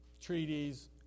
treaties